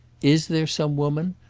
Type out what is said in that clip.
is there some woman?